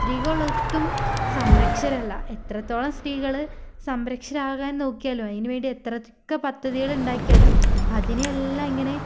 സ്ത്രീകൾ ഒട്ടും സംരക്ഷരല്ല എത്രത്തോളം സ്ത്രീകള് സംരക്ഷരാകാൻ നോക്കിയാലും അതിന് വേണ്ടി എത്രയൊക്കെ പദ്ധതികൾ ഉണ്ടാക്കിയാലും അതിനെയെല്ലാം ഇങ്ങനെ